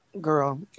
girl